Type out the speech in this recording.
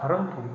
परन्तु